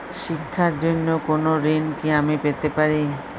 শিক্ষার জন্য কোনো ঋণ কি আমি পেতে পারি?